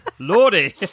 Lordy